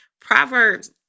Proverbs